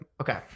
Okay